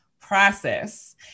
process